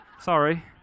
Sorry